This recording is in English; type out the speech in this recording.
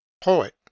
Poet